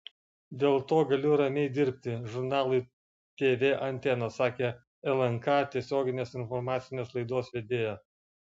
dėl to galiu ramiai dirbti žurnalui tv antena sakė lnk tiesioginės informacinės laidos vedėja